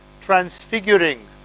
transfiguring